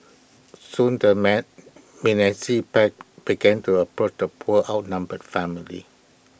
soon the man menacing pack began to approach the poor outnumbered family